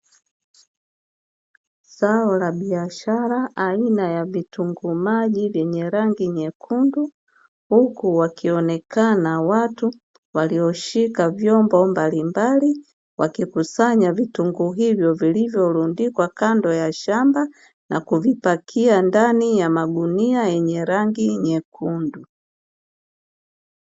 Zao la biashara aina ya vitunguu maji vyenye rangi nyekundu, huku wakionekana watu walioshika vyombo mbalimbali wakikusanya vitunguu hivyo vilivyorundikwa kando ya shamba, na kuvipakia ndani ya magunia yenye rangi nyekundu.